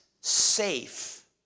safe